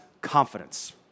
confidence